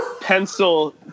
pencil